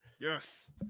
Yes